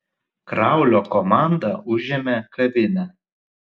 kraulio komanda užėmė kavinę